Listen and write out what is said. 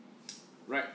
right